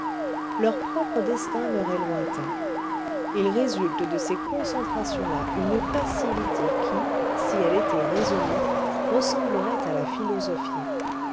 leur propre destin leur est lointain il résulte de ces concentrations là une passivité qui si elle était raisonnée ressemblerait à la philosophie